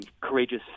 courageous